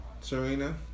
Serena